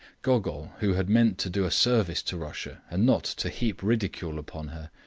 gogol, who had meant to do a service to russia and not to heap ridicule upon her,